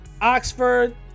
oxford